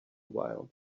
while